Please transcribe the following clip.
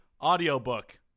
audiobook